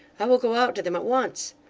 i will go out to them at once